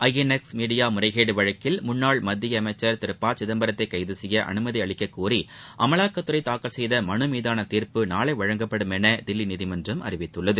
INX media முறைகேடு வழக்கில் முன்னாள் மத்திய அமைச்சர் திரு ப சிதம்பரத்தை கைது செய்ய அனுமதி அளிக்கக்கோரி அமலாக்கத்துறை தாக்கல் செய்த மனு மீதான தீர்ப்பு நாளை வழங்கப்படும் என தில்லி நீதிமன்றம் அறிவித்துள்ளது